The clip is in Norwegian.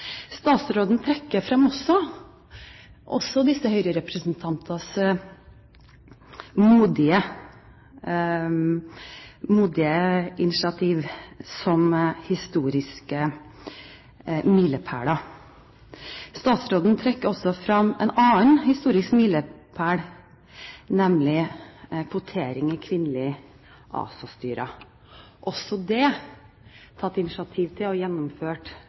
Statsråden trekker også frem disse Høyre-representantenes modige initiativ som historiske milepæler. Statsråden trekker også frem en annen historisk milepæl, nemlig kvotering av kvinner i ASA-styrer, også det tatt initiativ til og gjennomført